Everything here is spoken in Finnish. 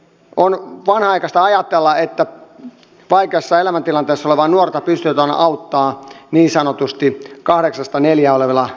on vanhanaikaista ajatella että vaikeassa elämäntilanteessa olevaa nuorta pystytään auttamaan niin sanotusti kahdeksasta neljään olevalla virka ajalla